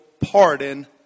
pardon